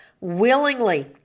willingly